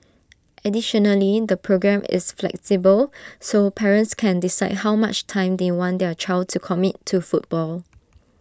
additionally the programme is flexible so parents can decide how much time they want their child to commit to football